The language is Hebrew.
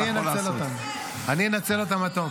אני אנצל אותן עד תום.